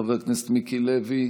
חבר הכנסת מיקי לוי,